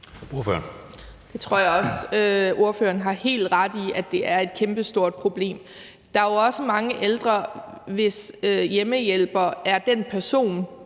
Det tror jeg også – spørgeren har helt ret i, at det er et kæmpestort problem. Der er jo også mange ældre, hvis hjemmehjælper er den person,